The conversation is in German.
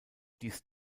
dies